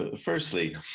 Firstly